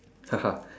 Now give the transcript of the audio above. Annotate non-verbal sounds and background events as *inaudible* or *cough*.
*laughs*